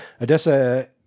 Odessa